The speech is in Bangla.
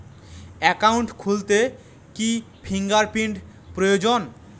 একাউন্ট খুলতে কি ফিঙ্গার প্রিন্ট প্রয়োজন?